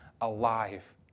alive